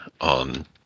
on